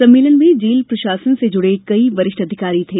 सम्मेलन में जेल प्रशासन से जुड़े कई वरिष्ठ अधिकारी थे